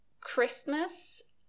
christmas